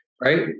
right